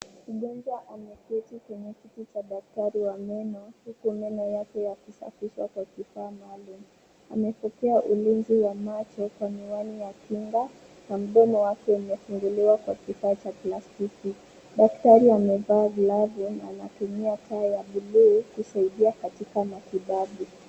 Mgonjwa ameketi kwenye kiti cha daktari wa meno huku meno yake yakisafishwa kwa kifaa maalum. Amepokea ulinzi wa macho kwa miwani ya kinga na mdomo wake umefunguliwa kwa kifaa cha plastiki. Daktari amevaa glavu na anatumia taa ya buluu kusaidia katika matibabu.